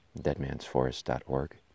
deadmansforest.org